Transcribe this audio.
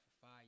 five